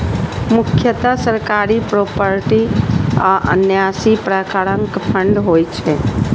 मुख्यतः सरकारी, प्रोपराइटरी आ न्यासी प्रकारक फंड होइ छै